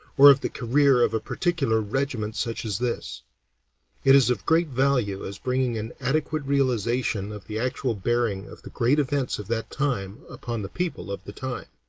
or of the career of a particular regiment such as this it is of great value as bringing an adequate realization of the actual bearing of the great events of that time upon the people of the time.